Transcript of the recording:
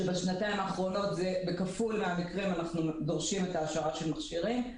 בשנתיים האחרונות בכפול מהמקרים אנחנו דורשים את ההשארה של המכשירים.